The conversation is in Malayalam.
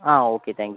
uh okay thank you